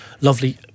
lovely